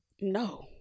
No